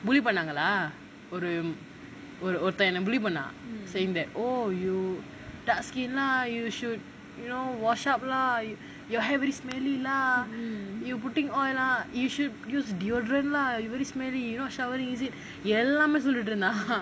bully பண்ணங்களே ஒரு ஒருத்தன் என்ன பண்ணான்:panaangalae oru oruthan enna pannaan saying that oh you dark skin lah you should you know wash up lah your hair very smelly lah you putting oil lah you should use deodorant lah you very smelly you not showering is it எல்லாம் செய் சொல்லிட்டு இருந்தான்:ellamae sollittu irunthaan